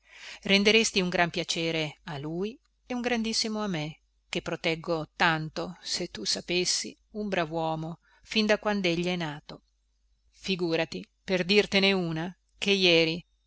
renderesti un gran piacere a lui e uno grandissimo a me che proteggo tanto se tu sapessi un bravuomo fin da quandegli è nato figùrati per dirtene una che jeri